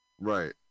Right